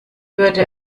würde